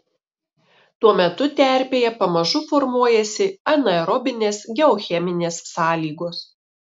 tuo metu terpėje pamažu formuojasi anaerobinės geocheminės sąlygos